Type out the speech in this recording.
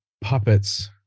puppets